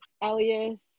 Elias